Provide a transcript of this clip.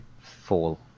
fall